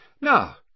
Now